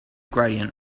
gradient